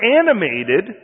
animated